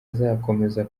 azakomeza